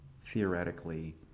theoretically